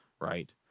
right